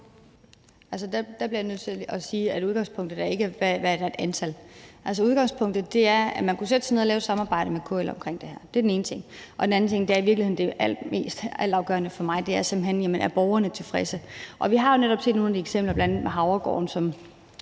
der bliver jeg nødt til at sige, at udgangspunktet ikke er, hvad antallet er. Udgangspunktet er, at man kunne sætte sig ned og lave et samarbejde med KL omkring det her – det er den ene ting. Og den anden ting – som i virkeligheden er det altafgørende for mig – er simpelt hen, om borgerne er tilfredse. Og vi har netop set nogle af de eksempler, bl.a. med Havregården,